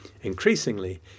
Increasingly